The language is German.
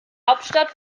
hauptstadt